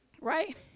right